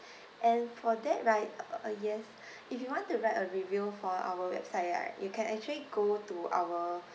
and for that right uh yes if you want to write a review for our website right you can actually go to our